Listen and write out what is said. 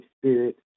spirit